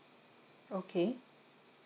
okay